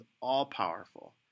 all-powerful